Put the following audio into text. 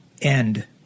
end